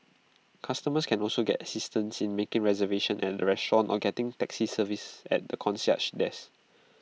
customers can also get assistance in making reservation at A restaurant or getting taxi service at the concierge desk